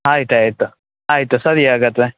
ಆಯ್ತು ಆಯಿತು ಆಯಿತು ಸರಿ ಹಾಗಾದ್ರೆ